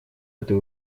этой